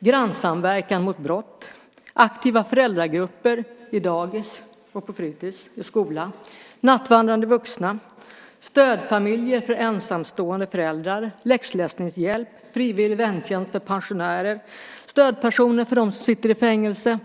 grannsamverkan mot brott, aktiva föräldragrupper på dagis och fritids och i skolan, nattvandrande vuxna, stödfamiljer för ensamstående föräldrar, läxläsningshjälp, frivillig väntjänst för pensionärer och stödpersoner för dem som sitter i fängelse.